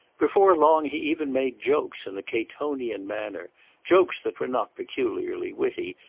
before long he even made jokes in a catonian manner jokes that were not peculiarly witty,